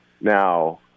Now